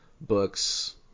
books